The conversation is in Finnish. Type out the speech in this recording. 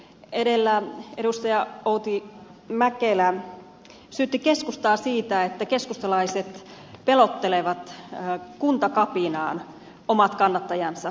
edellä edustaja outi mäkelä syytti keskustaa siitä että keskustalaiset pelottelevat kuntakapinaan omat kannattajansa